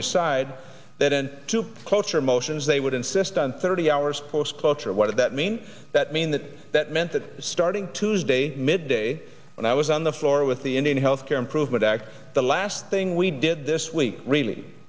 decide that in two cloture motions they would insist on thirty hours post cloture what does that mean that mean that that meant that starting tuesday midday when i was on the floor with the indian health care improvement act the last thing we did this week really